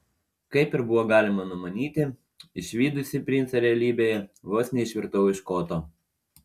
kaip ir buvo galima numanyti išvydusi princą realybėje vos neišvirtau iš koto